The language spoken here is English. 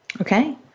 Okay